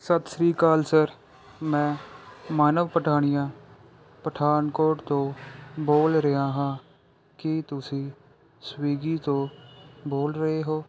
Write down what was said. ਸਤਿ ਸ਼੍ਰੀ ਅਕਾਲ ਸਰ ਮੈਂ ਮਾਨਵ ਪਠਾਣੀਆਂ ਪਠਾਨਕੋਟ ਤੋਂ ਬੋਲ ਰਿਹਾ ਹਾਂ ਕੀ ਤੁਸੀਂ ਸਵੀਗੀ ਤੋਂ ਬੋਲ ਰਹੇ ਹੋ